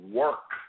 work